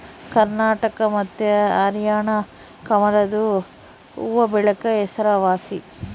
ಕರ್ನಾಟಕ ಮತ್ತೆ ಹರ್ಯಾಣ ಕಮಲದು ಹೂವ್ವಬೆಳೆಕ ಹೆಸರುವಾಸಿ